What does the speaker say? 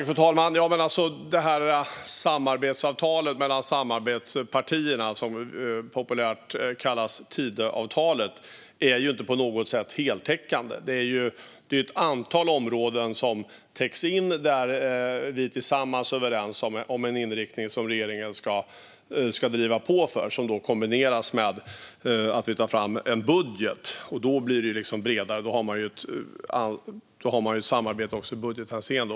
Fru talman! Samarbetsavtalet mellan samarbetspartierna, som populärt kallas Tidöavtalet, är inte på något sätt heltäckande. Det är ett antal områden som täcks in där vi är överens om en inriktning som regeringen ska driva på för och som kombineras med att vi tar fram en budget. Då blir det bredare. Då har man ett samarbete också i budgethänseende.